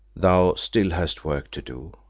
thou still hast work to do.